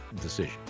decision